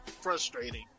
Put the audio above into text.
frustrating